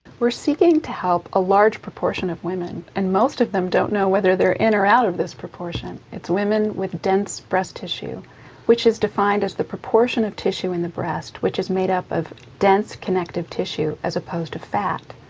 we're seeking to help a large proportion of women and most of them don't know whether they're in or out of this proportion. it's women with dense breast tissue which is defined as the proportion of tissue in the breast which is made up of dense connected tissue as opposed to fat.